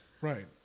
Right